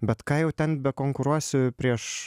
bet ką jau ten bekonkuruosi prieš